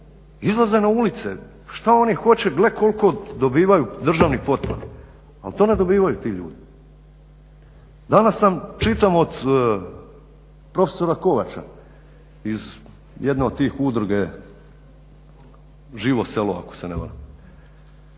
izlaze na ulice. Šta oni hoće? Gle koliko dobivaju državnih potpora. Ali to ne dobivaju ti ljudi. Danas sam, čitam od prof. Kovača iz jedne od te udruge "Živo selo" ako se ne varam